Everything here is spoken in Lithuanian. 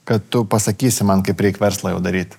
kad tu pasakysi man kaip reik verslą jau daryt